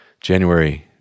January